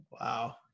Wow